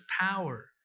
power